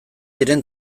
diren